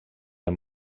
amb